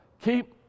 Keep